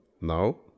Now